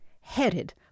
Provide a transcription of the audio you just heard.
headed